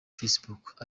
facebook